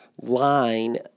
line